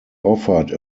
offered